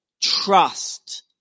trust